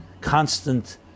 constant